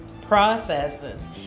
processes